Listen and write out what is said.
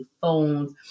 phones